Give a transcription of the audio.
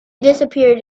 disappeared